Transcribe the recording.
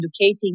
educating